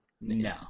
No